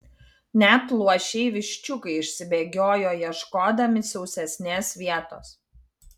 net luošiai viščiukai išsibėgiojo ieškodami sausesnės vietos